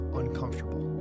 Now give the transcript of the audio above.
uncomfortable